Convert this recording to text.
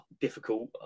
Difficult